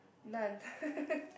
none